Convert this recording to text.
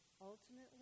ultimately